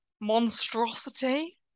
monstrosity